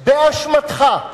באשמתך,